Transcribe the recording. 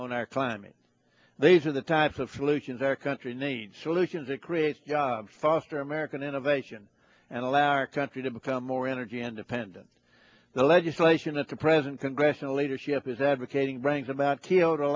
on our climate these are the types of solutions our country needs solutions to create jobs foster american innovation and allow our country to become more energy independent the legislation that the present congressional leadership is advocating brings about ki